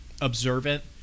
observant